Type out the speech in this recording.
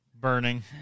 burning